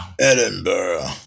Edinburgh